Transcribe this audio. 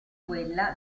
quella